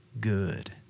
good